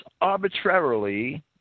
arbitrarily